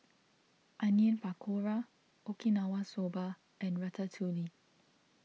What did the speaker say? Onion Pakora Okinawa Soba and Ratatouille